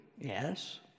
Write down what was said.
Yes